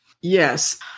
Yes